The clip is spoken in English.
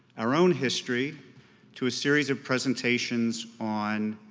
our own history to a series of presentations on